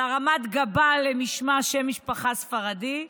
על הרמת גבה למשמע שם משפחה ספרדי,